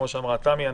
כפי שאמרה תמי,